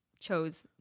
chose